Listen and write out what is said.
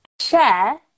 share